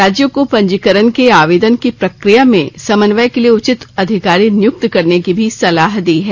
राज्यों को पंजीकरण के आवेदन की प्रक्रिया में समन्वय के लिए उचित अधिकारी नियुक्त करने की भी सलाह दी है